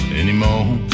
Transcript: anymore